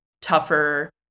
tougher